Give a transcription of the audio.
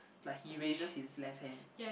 like he raises his left hand